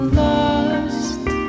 lost